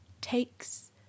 takes